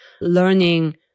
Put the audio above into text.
learning